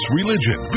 religion